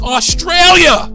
Australia